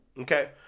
Okay